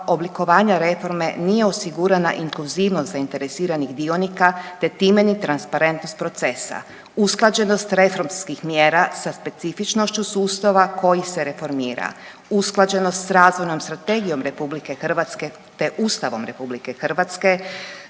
oblikovanja reforme nije osigurana inkluzivnost zainteresiranih dionika, te time ni transparentnost procesa, usklađenost reformskih mjera sa specifičnošću sustava koji se reformira, usklađenost s razvojnom strategijom RH, te Ustavom RH usklađeno